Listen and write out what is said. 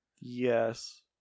Yes